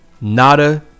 Nada